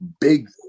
big